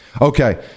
Okay